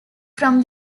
from